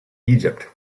egypt